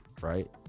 right